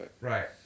right